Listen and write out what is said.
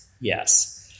yes